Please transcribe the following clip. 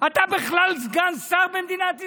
אתה בכלל סגן שר במדינת ישראל?